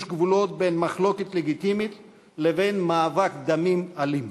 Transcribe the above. גבולות בין מחלוקת לגיטימית לבין מאבק דמים אלים.